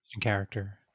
character